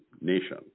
nation